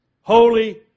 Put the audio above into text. Holy